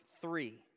three